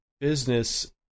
business